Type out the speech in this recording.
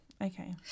Okay